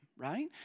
right